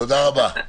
תודה רבה.